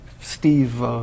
Steve